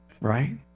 right